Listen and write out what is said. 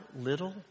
little